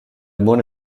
buone